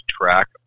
track